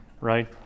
right